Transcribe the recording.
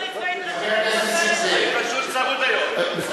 אני פשוט צרוד היום.